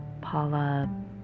Paula